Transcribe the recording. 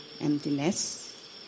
...emptiness